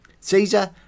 Caesar